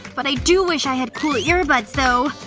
but i do wish i had cool earbuds, though.